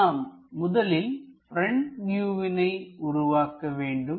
நாம் முதலில் ப்ரெண்ட் வியூவினை உருவாக்க வேண்டும்